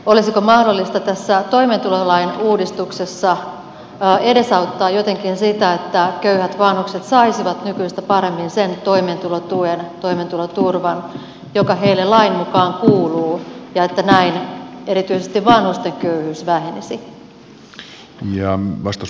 olisiko mahdollista tässä toimeentulolain uudistuksessa edesauttaa jotenkin sitä että köyhät vanhukset saisivat nykyistä paremmin sen toimeentulotuen toimeentuloturvan joka heille lain mukaan kuuluu ja että näin erityisesti vanhusten köyhyys vähenisi